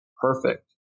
perfect